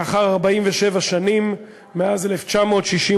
לאחר 47 שנים, מאז 1968,